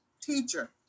teacher